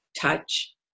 touch